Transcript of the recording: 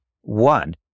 One